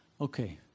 Okay